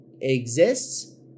exists